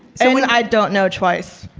so i don't know twice.